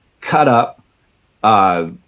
cut-up